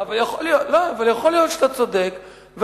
יכול להיות שאתה צודק.